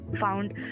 found